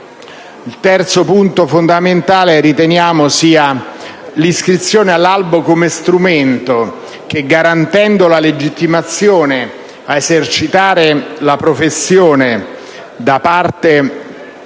Il terzo punto fondamentale riteniamo sia l'iscrizione all'albo come strumento che, garantendo la legittimazione di ciascun iscritto a esercitare la professione, previene